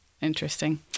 Interesting